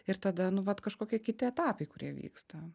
ir tada nu vat kažkokie kiti etapai kurie vyksta